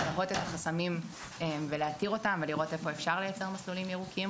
ללוות את החסמים ולהתיר אותם ולראות איפה אפשר לייצר מסלולים ירוקים.